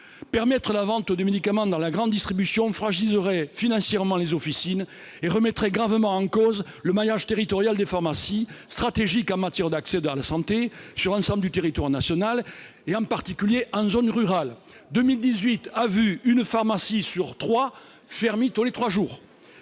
Permettre la vente de médicaments dans les grandes surfaces fragiliserait financièrement les officines et remettrait gravement en cause le maillage territorial des pharmacies, stratégique en matière d'accès à la santé sur l'ensemble du territoire national, en particulier en zone rurale. En 2018, tous les trois jours,